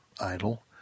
Idol